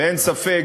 ואין ספק,